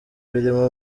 birimo